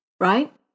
right